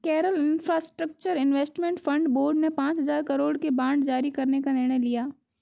Kerala infrastructure investment fund board ने पांच हजार करोड़ के बांड जारी करने का निर्णय लिया